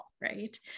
right